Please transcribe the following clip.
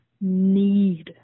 need